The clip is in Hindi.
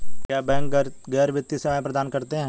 क्या बैंक गैर वित्तीय सेवाएं प्रदान करते हैं?